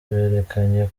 berekanye